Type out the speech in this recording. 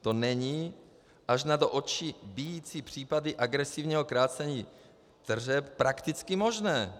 To není, až na do očí bijící případy agresivního krácení tržeb, prakticky možné.